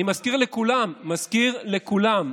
עושה ממשלה שאני מזכיר לכולם,